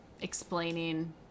explaining